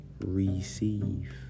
receive